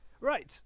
Right